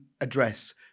address